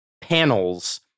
panels